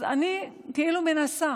אז אני כאילו מנסה